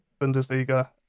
Bundesliga